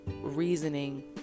reasoning